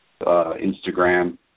Instagram